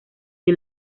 the